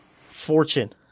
fortune